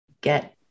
get